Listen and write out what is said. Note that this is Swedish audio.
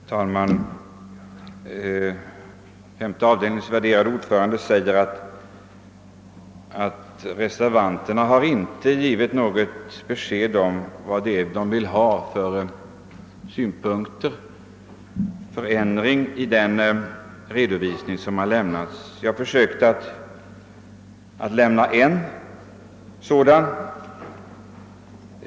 Herr talman! Femte avdelningens värderade ordförande säger att reservanterna inte har givit något besked om vilken förändring de vill ha i den redovisning som har lämnats. Jag försökte ange en sådan.